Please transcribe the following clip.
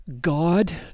God